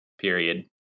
period